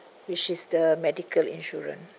which is the medical insurance